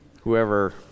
whoever